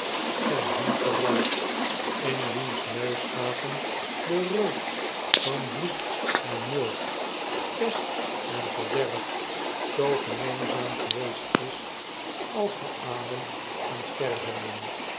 zgn heengerold in wiens neusgaten de reuk fe de klok van meester humphrey van bloed en moord pest en verderf zoo gemeenzaam geweest is als de adem aan